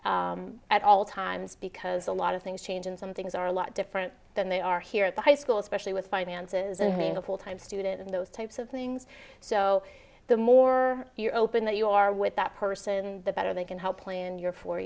advisor at all times because a lot of things change and some things are a lot different than they are here at the high school especially with finances and handle full time student in those types of things so the more you're open that you are with that person the better they can help plan your four